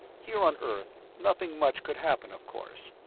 here on earth, nothing much could happen, of course.